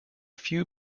few